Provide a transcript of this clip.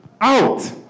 Out